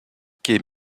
quai